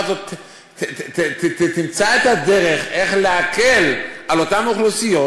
אמרתי לו: תמצא את הדרך להקל על אותן אוכלוסיות